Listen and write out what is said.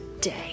day